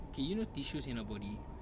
okay you know tissues in our body